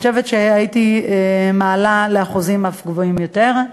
אני חושבת שהייתי מעלה לאחוז אף גבוה יותר,